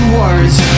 words